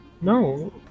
No